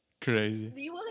crazy